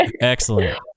Excellent